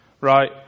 right